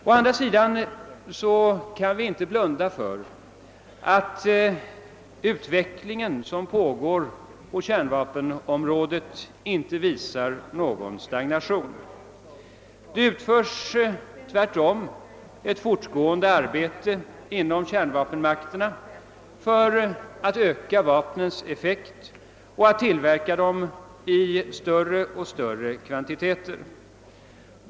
Vi kan dock inte blunda för att den utveckling som pågår på kärnvapenområdet inte visar någon stagnation. Det utförs tvärtom ett fortlöpande arbete inom kärnvapenmakterna för att öka vapnens effekt, och de tillverkas i större och större kvantiteter.